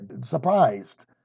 surprised